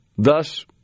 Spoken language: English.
Thus